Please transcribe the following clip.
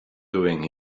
doing